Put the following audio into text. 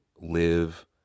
live